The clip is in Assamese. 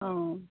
অঁ